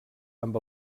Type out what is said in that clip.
amb